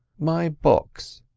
my box,